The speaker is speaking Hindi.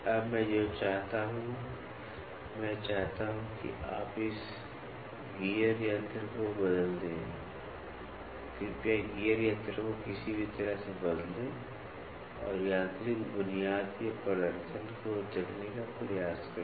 अब मैं जो चाहता हूं मैं चाहता हूं कि आप इस गियर यंत्र को बदल दें कृपया गियर यंत्र को किसी भी तरह से बदलें और यांत्रिक बुनियाद के प्रदर्शन को देखने का प्रयास करें